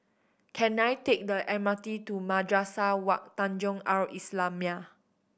can I take the M R T to Madrasah Wak Tanjong Al Islamiah